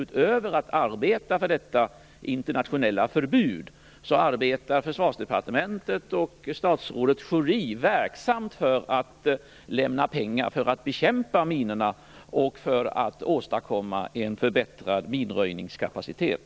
Utöver att arbeta för detta internationella förbud arbetar Försvarsdepartementet och statsrådet Schori verksamt för att ge pengar för att bekämpa minorna och för att åstadkomma en förbättrad minröjningskapacitet.